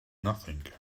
nothing